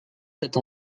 cette